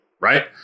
right